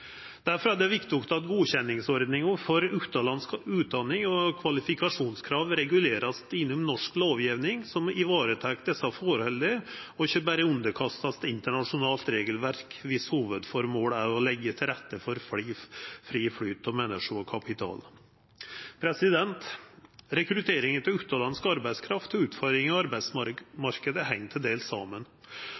er det viktig at godkjenningsordninga for utanlandsk utdanning og kvalifikasjonskrav vert regulert innanfor norsk lovgjeving, som varetek desse forholda, og at vi ikkje berre underkastar oss internasjonalt regelverk der hovudformålet er å leggja til rette for fri flyt av menneske og kapital. Rekruttering av utanlandsk arbeidskraft og utfordringar i arbeidsmarknaden heng til dels saman